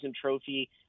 trophy